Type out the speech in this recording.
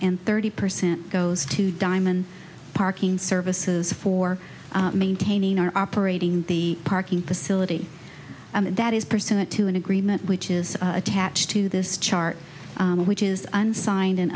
and thirty percent goes to diamond parking services for maintaining our operating the parking facility and that is pursuant to an agreement which is attached to this chart which is unsigned